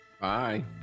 bye